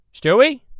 Stewie